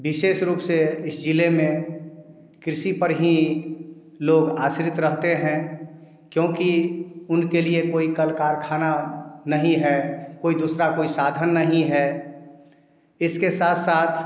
विशेष रूप से इस जिले में कृषि पर ही लोग आश्रित रहते हैं क्योंकि उनके लिए कोई कल कारखाना नहीं है कोई दूसरा कोई साधन नहीं है इसके साथ साथ